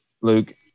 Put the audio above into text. Luke